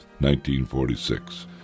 1946